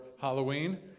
Halloween